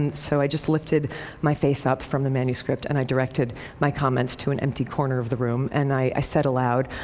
and so i just lifted my face up from the manuscript and i directed my comments to an empty corner of the room. and i said aloud,